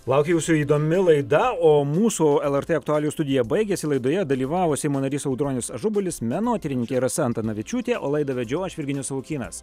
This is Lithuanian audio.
laukia jūsų įdomi laida o mūsų lrt aktualijų studija baigiasi laidoje dalyvavo seimo narys audronius ažubalis menotyrininkė rasa antanavičiūtė o laidą vedžiau aš virginijus savukynas